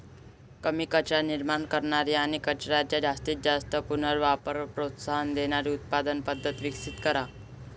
कमी कचरा निर्माण करणारी आणि कचऱ्याच्या जास्तीत जास्त पुनर्वापराला प्रोत्साहन देणारी उत्पादन पद्धत विकसित करा